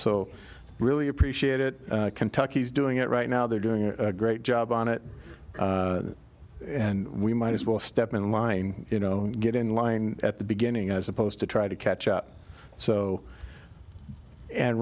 so really appreciate it kentucky's doing it right now they're doing a great job on it and we might as well step in line you know get in line at the beginning as opposed to trying to catch up so and